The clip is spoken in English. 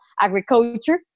agriculture